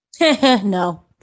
No